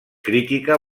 crítica